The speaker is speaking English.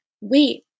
wait